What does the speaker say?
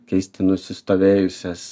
keisti nusistovėjusias